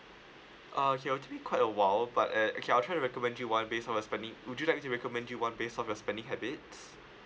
ah it will take me quite a while but uh okay I'll try to recommend you one based on your spending would you like me to recommend you one based off your spending habits